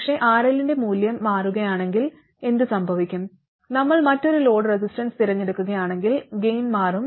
പക്ഷേ RL ന്റെ മൂല്യം മാറുകയാണെങ്കിൽ എന്തു സംഭവിക്കും നമ്മൾ മറ്റൊരു ലോഡ് റെസിസ്റ്റൻസ് തിരഞ്ഞെടുക്കുകയാണെങ്കിൽ ഗൈൻ മാറും